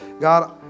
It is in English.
God